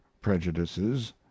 prejudices